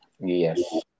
Yes